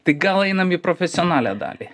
tai gal einam į profesionalią dalį